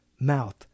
Mouth